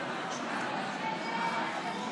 זמני עבר.